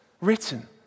written